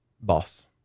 boss